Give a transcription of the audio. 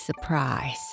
surprise